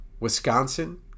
Wisconsin